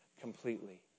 completely